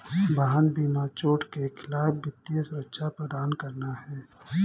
वाहन बीमा चोट के खिलाफ वित्तीय सुरक्षा प्रदान करना है